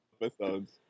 episodes